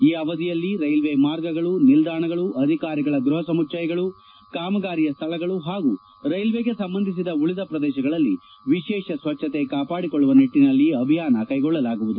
ಈ ಅವಧಿಯಲ್ಲಿ ರೈಲ್ವೆ ಮಾರ್ಗಗಳು ನಿಲ್ದಾಣಗಳು ಅಧಿಕಾರಿಗಳ ಗೃಹ ಸಮುಚ್ಚಯಗಳು ಕಾಮಗಾರಿಯ ಸ್ಥಳಗಳು ಹಾಗೂ ರೈಲ್ವೆಗೆ ಸಂಬಂಧಿಸಿದ ಉಳದ ಪ್ರದೇಶಗಳಲ್ಲಿ ವಿಶೇಷ ಸ್ವಜ್ಞತೆ ಕಾಪಾಡಿಕೊಳ್ಳುವ ನಿಟ್ಟನಲ್ಲಿ ಅಭಿಯಾನ ಕೈಗೊಳ್ಳಲಿದೆ